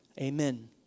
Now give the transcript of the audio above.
amen